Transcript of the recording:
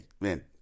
man